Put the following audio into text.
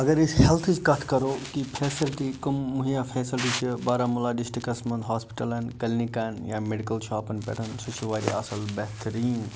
اگر أسۍ ہلتھٕچ کَتھ کَرو کہِ فیسلٹی کٕم مَہِیا فیسلٹی چھِ بارہمُلہ ڈسٹرکس منٛز ہاسپِٹلن کلنِکن یا مِڈکٕل شاپن پٮ۪ٹھ سُہ چھُ وارِیاہ اَصٕل بہتٔریٖن